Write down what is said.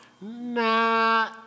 Nah